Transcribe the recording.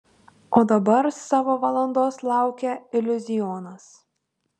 o dabar savo valandos laukia iliuzionas